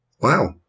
Wow